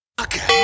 okay